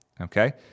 okay